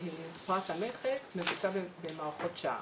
פרט למכס מבוסס במערכות שע"ם.